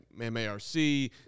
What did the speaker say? M-A-R-C